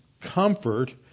comfort